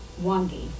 Wangi